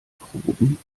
proben